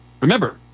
Remember